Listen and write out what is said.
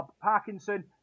Parkinson